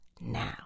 now